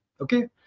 Okay